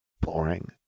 Boring